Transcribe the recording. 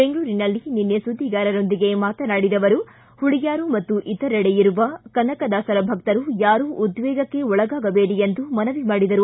ಬೆಂಗಳೂರಿನಲ್ಲಿ ನಿನ್ನೆ ಸುದ್ದಿಗತರರೊಂದಿಗೆ ಮಾತನಾಡಿದ ಅವರು ಹುಳಿಯಾರು ಮತ್ತು ಇತರೆಡೆ ಇರುವ ಕನಕದಾಸರ ಭಕ್ತರು ಯಾರೂ ಉದ್ವೇಗಕ್ಕೆ ಒಳಗಾಗಬೇಡಿ ಎಂದು ಮನವಿ ಮಾಡಿದರು